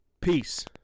Peace